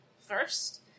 first